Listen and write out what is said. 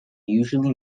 usually